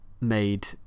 made